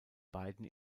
beiden